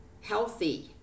healthy